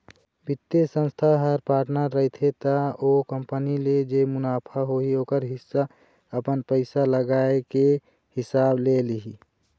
बित्तीय संस्था ह पार्टनर रहिथे त ओ कंपनी ले जेन मुनाफा होही ओखर हिस्सा अपन पइसा लगाए के हिसाब ले लिही